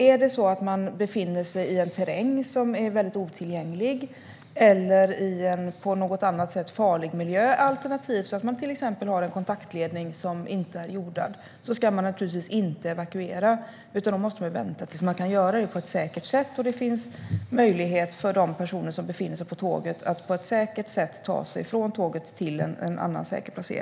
Om man befinner sig i otillgänglig terräng eller i en på annat sätt farlig miljö, alternativt att det finns en ojordad kontaktledning i vägen, ska man naturligtvis inte evakuera. Då måste man vänta tills det går att göra på ett säkert sätt. Det ska vara möjligt för dem som befinner sig på tåget att på ett säkert sätt ta sig från tåget till en annan säker plats.